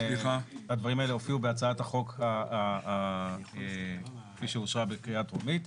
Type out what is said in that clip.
הדברים האלה הופיעו בהצעת החוק כפי שאושרה בקריאה טרומית.